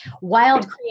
Wild